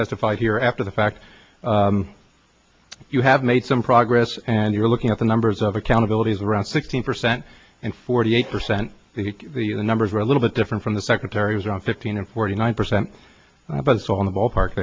testified here after the fact you have made some progress and you're looking at the numbers of accountability is around sixteen percent and forty eight percent the numbers are a little bit different from the secretary was around fifteen and forty nine percent but it's all in the ballpark